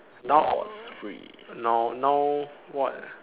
now now now what